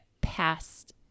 past